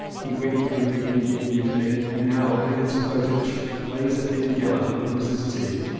he went through the indian mu tiny and now in his dotage plays at being gallant with mrs. t.